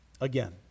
again